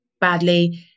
badly